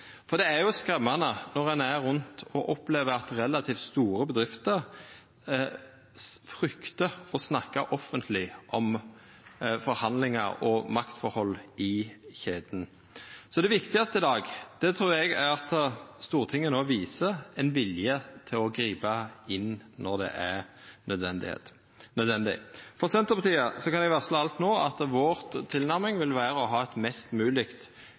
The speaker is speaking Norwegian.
for det er skremmande når ein opplever at relativt store bedrifter fryktar å snakka offentleg om forhandlingar og maktforhold i kjeda. Eg trur det viktigaste i dag er at Stortinget no viser vilje til å gripa inn når det er nødvendig. Frå Senterpartiet kan eg alt no varsla at vår tilnærming vil vera å ha eit mest